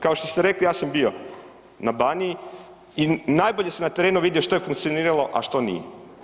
Kao što ste rekli, ja sam bio na Baniji i najbolje sam na terenu vidio što je funkcioniralo, a što nije.